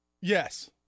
Yes